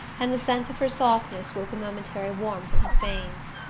and the sense of her softness woke a momentary warmth in his veins.